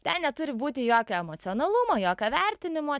ten neturi būti jokio emocionalumo jokio vertinimo